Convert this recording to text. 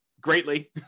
greatly